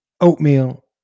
Oatmeal